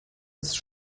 ist